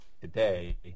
today